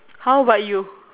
how about you